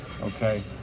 okay